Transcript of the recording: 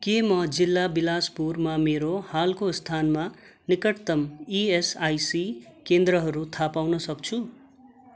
के म जिल्ला बिलासपुरमा मेरो हालको स्थानमा निकटतम इएसआइसी केन्द्रहरू थाह पाउन सक्छु